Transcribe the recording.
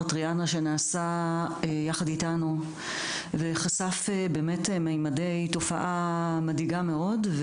טריאנה שנעשה יחד איתנו וחשף באמת מימדי תופעה מדאיגה מאוד,